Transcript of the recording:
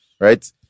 right